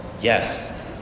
Yes